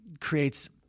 creates